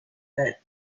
that